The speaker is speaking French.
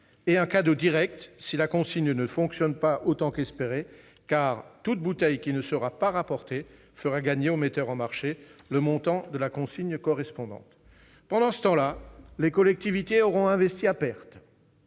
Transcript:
et un cadeau direct, si la consigne ne fonctionne pas autant qu'espéré, car toute bouteille qui ne sera pas rapportée fera gagner au metteur en marché le montant de la consigne correspondante. Pendant ce temps-là, les collectivités auront investi à perte.